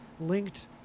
Linked